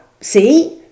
see